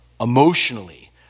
emotionally